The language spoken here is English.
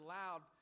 loud